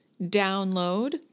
download